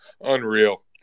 Unreal